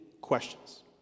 questions